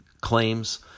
claims